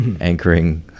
anchoring